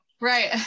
Right